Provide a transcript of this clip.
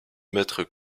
maître